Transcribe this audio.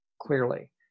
clearly